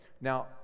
Now